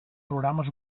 programes